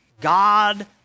God